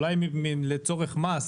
אולי לצורך מס,